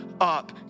up